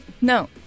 no